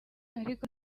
ariko